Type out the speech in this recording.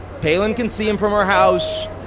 palin can see them from her house